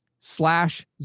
Slash